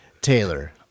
Taylor